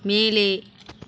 மேலே